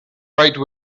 right